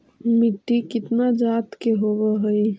मिट्टी कितना जात के होब हय?